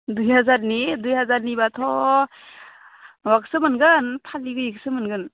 दुइ हाजारनि दुइ हाजारनिबाथ' माबाखौसो मोनगोन फागि गैयैखौसो मोनगोन